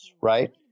Right